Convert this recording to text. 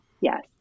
yes